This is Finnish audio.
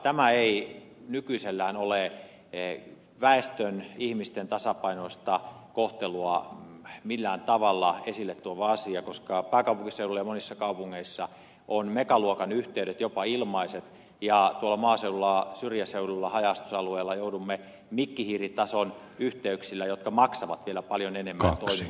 tämä ei nykyisellään ole väestön ihmisten tasapuolista kohtelua millään tavalla esille tuova asia koska pääkaupunkiseudulla ja monissa kaupungeissa ovat megaluokan yhteydet jopa ilmaiset ja tuolla maaseudulla syrjäseudulla haja asutusalueella joudumme mikkihiiritason yhteyksillä jotka maksavat vielä paljon enemmän toimimaan